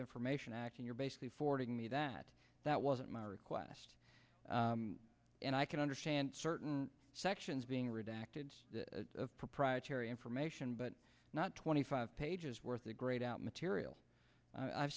information act and you're basically forwarding me that that wasn't my request and i can understand certain sections being redacted of proprietary information but not twenty five pages worth of great out material i've